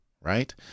right